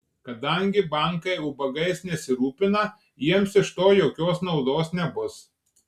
kadangi bankai ubagais nesirūpina jiems iš to jokios naudos nebus